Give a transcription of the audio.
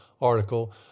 article